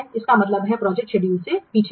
इसका मतलब है कि प्रोजेक्ट शेड्यूल से पीछे है